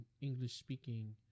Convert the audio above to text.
english-speaking